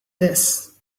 this